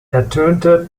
ertönte